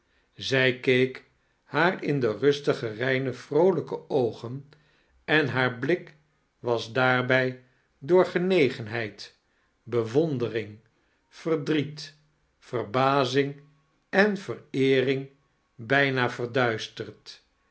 zij keek haar in de rustage reine vroolijk oogen en haar blik was daarfoij door genegenheiidi bewondering verdriet verbazing en vereering bijna verduisterd